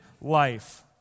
life